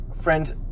friends